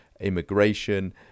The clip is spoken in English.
immigration